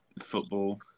football